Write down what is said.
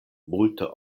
multe